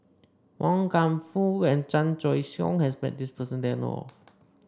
Wan Kam Fook and Chan Choy Siong has met this person that I know of